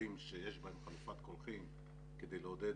באזורים שיש בהם חלופת קולחים כדי לעודד